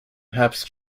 herbst